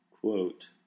Quote